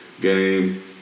game